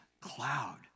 cloud